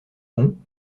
bon